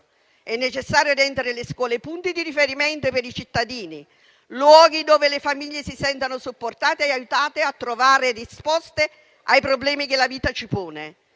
È necessario rendere le scuole punti di riferimento per i cittadini, luoghi dove le famiglie si sentano supportate e aiutate a trovare risposte ai problemi che la vita ci pone.